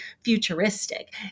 futuristic